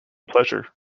pleasure